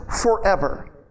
forever